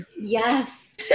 Yes